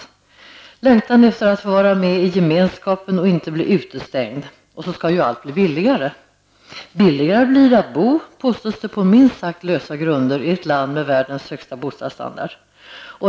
Det handlar om längtan efter att få vara med i gemenskapen och inte bli utestängd, och allting skall ju bli billigare. Det påstås på minst sagt lösa grunder att det skall bli billigare att bo i ett land med världens högsta bostadsstandard.